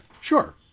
Sure